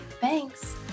Thanks